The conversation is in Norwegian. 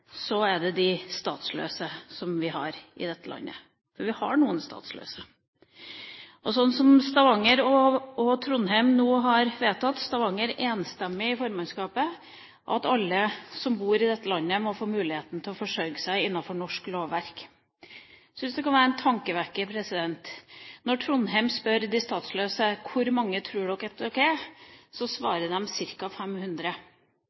Så er det de statsløse som vi har i dette landet, for vi har noen statsløse. Stavanger og Trondheim har nå vedtatt – Stavanger enstemmig i formannskapet – at alle som bor i dette landet, må få mulighet til å forsørge seg innenfor norsk lovverk. Jeg syns det kan være en tankevekker når Trondheim spør de statsløse hvor mange de tror at de er. Da svarer de ca. 500.